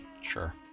sure